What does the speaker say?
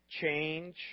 change